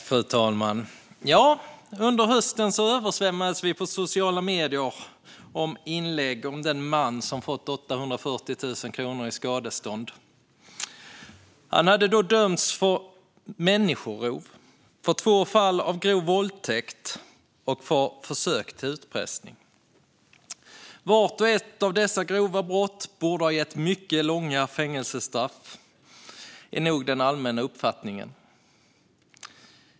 Fru talman! Under hösten översvämmades vi av inlägg på sociala medier om den man som fått 840 000 kronor i skadestånd. Han hade dömts för människorov, för två fall av grov våldtäkt och för försök till utpressning. Att vart och ett av dessa grova brott borde ha gett ett mycket långt fängelsestraff är nog den allmänna uppfattningen.